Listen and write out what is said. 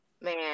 Man